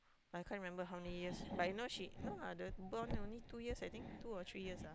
I can't remember how many years but I know she no lah the bond only two years I think two or three years ah